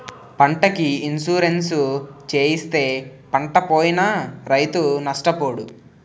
పంటకి ఇన్సూరెన్సు చేయిస్తే పంటపోయినా రైతు నష్టపోడు